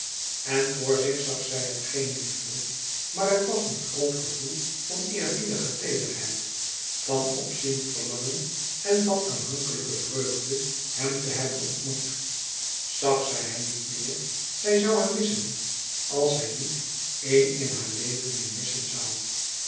en vor zich zag zij het geen liefde maar het was een groot gevoel van eerbiedige teederheid van opziend verlangen en van aanhankelijke vreugde hem te hebben ontmoet zag zij hem niet meer zij zoû hem missen als zij niet éen in haar leven meer missen zoû